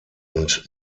und